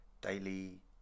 daily